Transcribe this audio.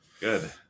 good